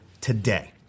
today